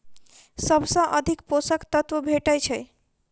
सबसँ अधिक पोसक तत्व भेटय छै?